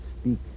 speak